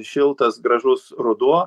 šiltas gražus ruduo